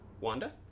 Wanda